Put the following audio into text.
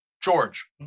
George